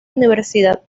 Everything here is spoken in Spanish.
universidad